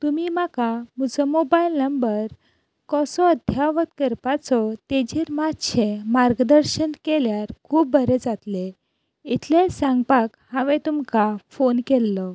तुमी म्हाका म्हजो मोबायल नंबर कसो अध्यावत करपाचो ताचेर मातशें मार्गदर्शन केल्यार खूब बरें जातलें इतलेंच सांगपाक हांवे तुमकां फोन केल्लो